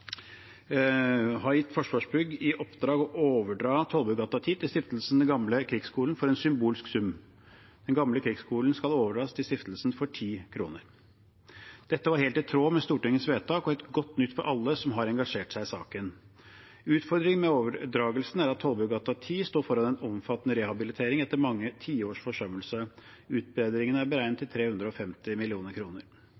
har gitt Forsvarsbygg i oppdrag å overdra Tollbugata 10 til Stiftelsen Den Gamle Krigsskole for en symbolsk sum. Den Gamle Krigsskole skal overdras til stiftelsen for 10 kr. Dette var helt i tråd med Stortingets vedtak og godt nytt for alle som har engasjert seg i saken. Utfordringen med overdragelsen er at Tollbugata 10 står foran en omfattende rehabilitering etter mange tiårs forsømmelse. Utbedringene er beregnet